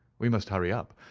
we must hurry up,